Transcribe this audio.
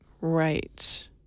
right